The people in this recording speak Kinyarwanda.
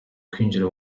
kwinjira